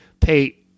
pay